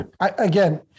again